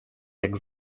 jak